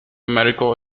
medical